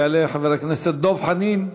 יעלה חבר הכנסת דב חנין.